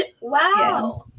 wow